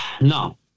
no